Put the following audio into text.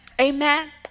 Amen